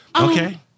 Okay